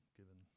given